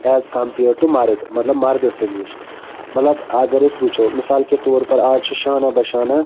as compared to مَرد مطلب مَردٕ سٕنٛدۍ نِش مطلب اَگَر أسۍ وُچھو مِثال کے طور پر آز چھِ شانہ بَہ شانہ